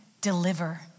deliver